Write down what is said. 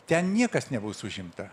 ten niekas nebus užimta